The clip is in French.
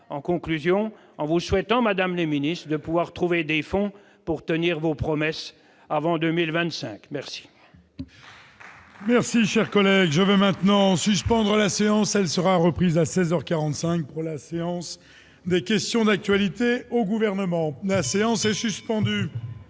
prononcer, tout en vous souhaitant, madame la ministre, de pouvoir trouver des fonds pour tenir vos promesses avant 2025 !